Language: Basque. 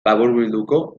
laburbilduko